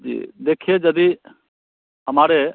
जी देखिए यदि हमारे